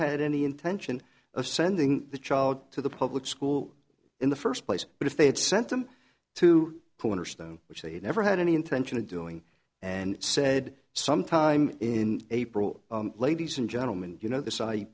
had any intention of sending the child to the public school in the first place but if they had sent them to porn or stone which they never had any intention of doing and said some time in april ladies and gentlemen you know the site